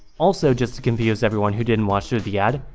also, just to confuse everyone who didn't watch through the ad,